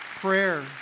Prayer